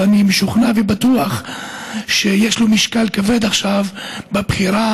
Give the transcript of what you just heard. ואני משוכנע ובטוח שיש לו משקל כבד עכשיו בבחירה